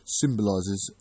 symbolises